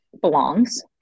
belongs